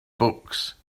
books